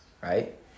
Right